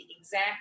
exact